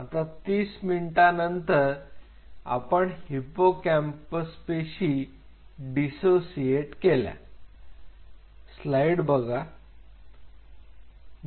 आता तीस मिनिटानंतर आपण हिप्पोकॅम्पसचा पेशी डीसोसिएट केल्या